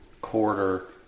quarter